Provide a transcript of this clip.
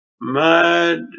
mad